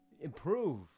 Improve